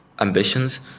ambitions